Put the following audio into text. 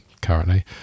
currently